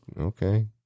Okay